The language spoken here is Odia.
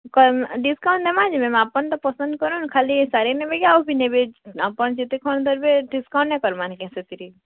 ଡ଼ିସକାଉଣ୍ଟ୍ ନେମା ଯେ ମ୍ୟାମ୍ ଆପଣ ତ ପସନ୍ଦ୍ କରନ୍ ଖାଲି ଶାଢ଼ି ନେବେ କି ଆଉ କି ନେବେ ଆପଣ ଯେତେ ଖଣ୍ଡ୍ ନେବେ ଡ଼ିସ୍କାଉଣ୍ଟ୍ ନେଇଁ କର୍ମା କେ ସେଥିରେ